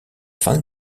fan